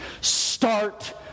Start